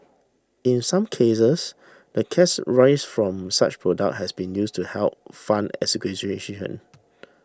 in some cases the cash raised from such products has been used to help fund